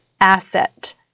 asset